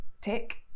Tick